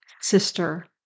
sister